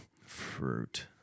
fruit